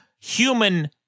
human